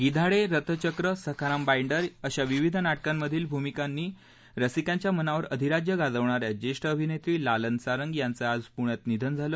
गिधाडे Rathchakra Sakharam Binder अशा विविध नाटकांमधील भूमिकांनी रसिकांच्या मनावर अधिराण्य गाजवणा या ज्येष्ठ अभिनेत्री लालन सारंग याचं आज पुण्यात निधन झालं